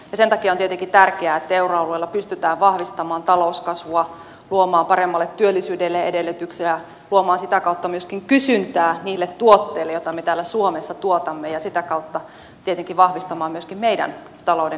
sen takia on tietenkin tärkeää että euroalueella pystytään vahvistamaan talouskasvua luomaan paremmalle työllisyydelle edellytyksiä luomaan sitä kautta myöskin kysyntää niille tuotteille joita me täällä suomessa tuotamme ja sitä kautta tietenkin vahvistamaan myöskin meidän talouden kasvupotentiaalia